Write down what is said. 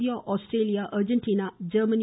India Australia Argentina Germany